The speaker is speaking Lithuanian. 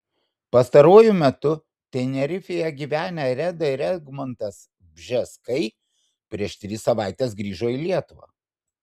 pastaruoju metu tenerifėje gyvenę reda ir egmontas bžeskai prieš tris savaites grįžo į lietuvą